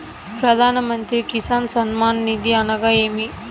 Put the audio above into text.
ప్రధాన మంత్రి కిసాన్ సన్మాన్ నిధి అనగా ఏమి?